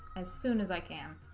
as soon as i can